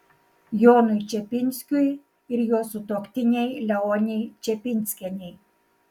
jonui čepinskiui ir jo sutuoktinei leonei čepinskienei